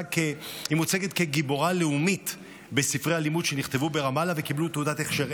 מוצגת כגיבורה לאומית בספרי הלימוד שנכתבו ברמאללה וקיבלו תעודת הכשר,